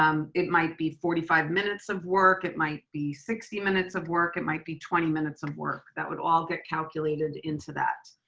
um it might be forty five minutes of work, it might be sixty minutes of work, it might be twenty minutes of work, that would all get calculated into that.